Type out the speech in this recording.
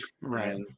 right